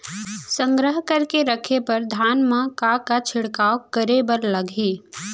संग्रह करके रखे बर धान मा का का छिड़काव करे बर लागही?